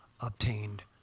obtained